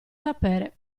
sapere